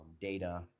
data